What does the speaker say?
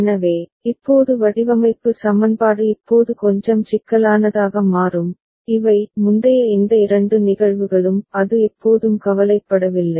எனவே இப்போது வடிவமைப்பு சமன்பாடு இப்போது கொஞ்சம் சிக்கலானதாக மாறும் இவை முந்தைய இந்த இரண்டு நிகழ்வுகளும் அது எப்போதும் கவலைப்படவில்லை